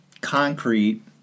concrete